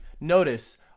notice